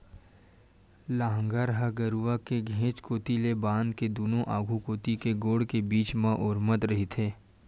लांहगर ह गरूवा के घेंच कोती ले बांध के दूनों आघू कोती के गोड़ के बीच म ओरमत रहिथे